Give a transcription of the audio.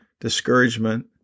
discouragement